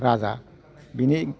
राजा बेनि